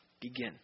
Begin